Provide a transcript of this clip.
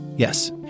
Yes